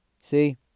See